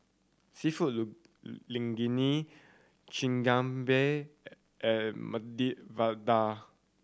Seafood Linguine Chigenabe and Medu Vada